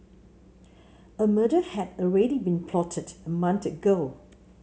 a murder had already been plotted a month ago